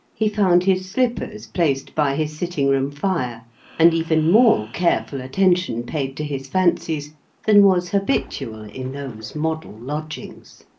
he found his slippers placed by his sitting-room fire and even more careful attention paid to his fancies than was habitual in those model lodgings.